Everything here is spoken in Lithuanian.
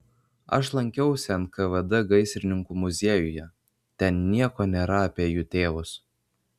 aš lankiausi nkvd gaisrininkų muziejuje ten nieko nėra apie jų tėvus